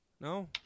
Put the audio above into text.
no